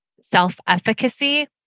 self-efficacy